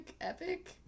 epic